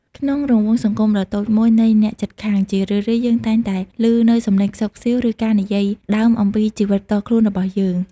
ក្នុងរង្វង់សង្គមដ៏តូចមួយនៃអ្នកជិតខាង ជារឿយៗ យើងតែងតែឮនូវសំឡេងខ្សឹបខ្សៀវ ឬការនិយាយដើមអំពីជីវិតផ្ទាល់ខ្លួនរបស់យើង។